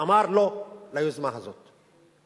אמר לא ליוזמה הזאת.